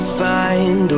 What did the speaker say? find